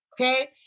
Okay